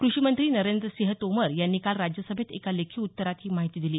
कृषीमंत्री नरेंद्रसिंह तोमर यांनी काल राज्यसभेत एका लेखी उत्तरात ही माहिती दिली